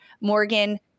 Morgan